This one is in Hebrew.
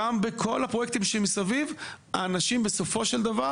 גם בכל הפרויקטים שמסביב האנשים בסופו של דבר,